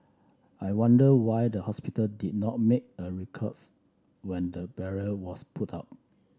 I wonder why the hospital did not make a ruckus when the barrier was put up